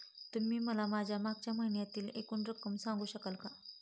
तुम्ही मला माझ्या मागच्या महिन्यातील एकूण रक्कम सांगू शकाल का?